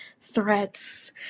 threats